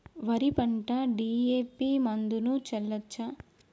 వరి పంట డి.ఎ.పి మందును చల్లచ్చా?